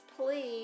please